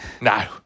No